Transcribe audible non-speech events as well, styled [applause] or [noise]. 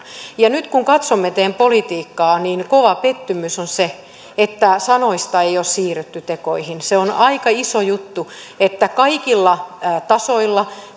ja nyt kun katsomme teidän politiikkaanne niin kova pettymys on se että sanoista ei ole siirrytty tekoihin se on aika iso juttu että kaikilla tasoilla [unintelligible]